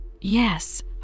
Yes